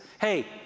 hey